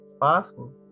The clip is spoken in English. Possible